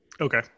okay